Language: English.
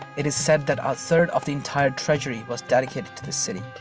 it is said that a third of the entire treasury was dedicated to this city.